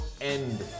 end